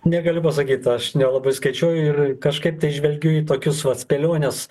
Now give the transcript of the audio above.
negaliu pasakyt aš nelabai skaičiuoju ir kažkaip tai žvelgiu į tokius vat spėliones